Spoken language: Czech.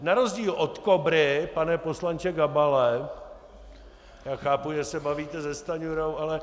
Na rozdíl od KOBRY pane poslanče Gabale, já chápu, že se bavíte se Stanjurou, ale